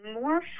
more